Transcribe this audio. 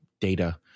data